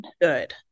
Good